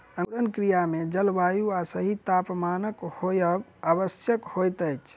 अंकुरण क्रिया मे जल, वायु आ सही तापमानक होयब आवश्यक होइत अछि